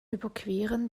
überqueren